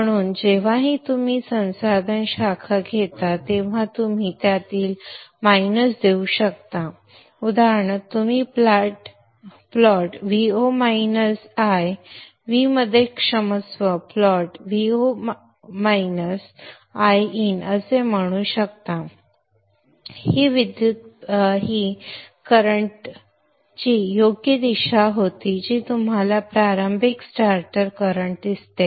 म्हणून जेव्हाही तुम्ही संसाधन शाखा घेता तेव्हा तुम्ही त्यातील उणे देऊ शकता उदाहरणार्थ तुम्ही plot Vo minus I V मध्ये क्षमस्व प्लॉट Vo 0 वजा Iin असे म्हणू शकता ही विद्युत प्रवाहाची योग्य दिशा होती जी तुम्हाला प्रारंभिक स्टार्टर करंट दिसते